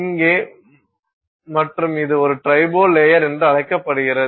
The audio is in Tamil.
இங்கே மற்றும் இது ட்ரிபோ லேயர் என்று அழைக்கப்படுகிறது